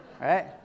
Right